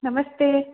नमस्ते